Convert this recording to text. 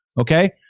Okay